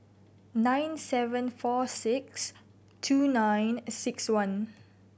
nine seven four six two nine six one